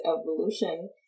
evolution